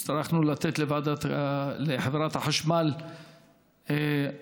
הצטרכנו לתת לחברת חשמל הלוואות